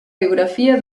biografia